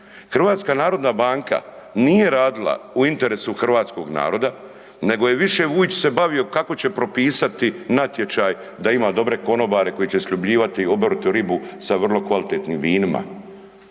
švicarcima. HNB nije radila u interesu hrvatskoga naroda nego je više Vujčić se bavio kako će propisati natječaj da ima dobre konobare koji će sljubljivati oboritu ribu s vrlo kvalitetnim vinima,